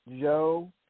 Joe